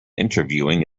interviewing